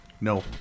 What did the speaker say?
No